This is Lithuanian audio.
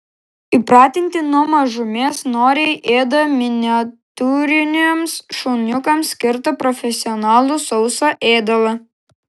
įpratinti nuo mažumės noriai ėda miniatiūriniams šuniukams skirtą profesionalų sausą ėdalą